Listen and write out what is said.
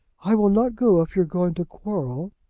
i will not go if you are going to quarrel.